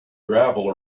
gravel